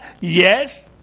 Yes